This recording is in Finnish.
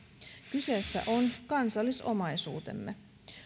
kyseessä on kansallisomaisuutemme